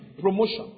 promotion